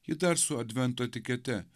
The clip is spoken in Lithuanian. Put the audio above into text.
ji dar su advento etikete